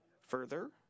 Further